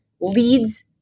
leads